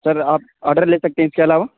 سر آپ آڈر لے سکتے ہیں اس کے علاوہ